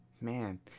Man